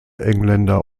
engländer